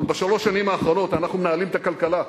אבל בשלוש השנים האחרונות אנחנו מנהלים את הכלכלה.